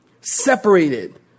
separated